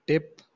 Tip